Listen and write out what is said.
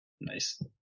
Nice